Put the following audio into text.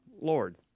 Lord